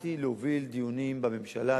התחלתי להוביל דיונים בממשלה.